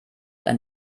ein